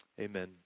amen